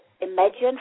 imagine